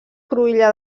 cruïlla